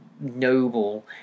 noble